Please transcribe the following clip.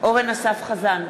אורן אסף חזן,